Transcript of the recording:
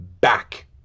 back